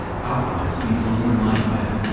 how can this be someone like that,